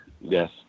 Yes